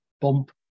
bump